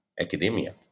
academia